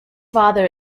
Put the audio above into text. father